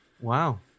Wow